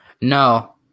No